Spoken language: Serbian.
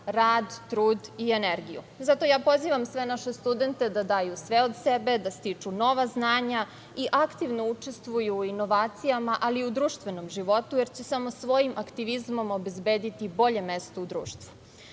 rad, trud i energiju. Zato ja pozivam sve naše studente da daju sve od sebe, da stiču nova znanja i aktivno učestvuju u inovacijama, ali i u društvenom životu, jer će samo svojim aktivizmom obezbediti bolje mesto u društvu. Moram